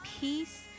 peace